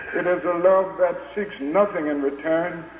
it is a love that seeks nothing in return.